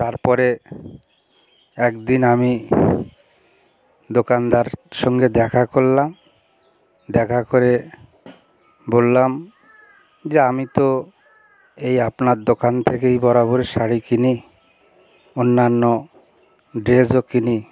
তার পরে একদিন আমি দোকানদার সঙ্গে দেখা করলাম দেখা করে বললাম যে আমি তো এই আপনার দোকান থেকেই বরাবরের শাড়ি কিনি অন্যান্য ড্রেসও কিনি